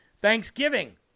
Thanksgiving